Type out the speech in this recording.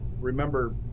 remember